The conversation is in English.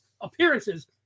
appearances